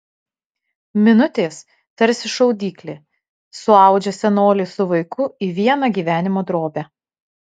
minutės tarsi šaudyklė suaudžia senolį su vaiku į vieną gyvenimo drobę